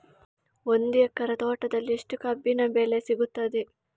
ಒಂದು ಎಕರೆ ತೋಟದಲ್ಲಿ ಎಷ್ಟು ಕಬ್ಬಿನ ಬೆಳೆ ಸಿಗುತ್ತದೆ?